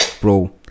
bro